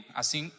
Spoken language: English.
assim